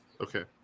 Okay